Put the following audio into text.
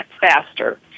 faster